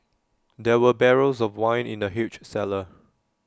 there were barrels of wine in the huge cellar